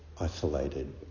isolated